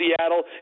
Seattle